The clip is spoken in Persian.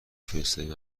فرستادی